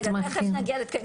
תיכף נגיע לתקנים.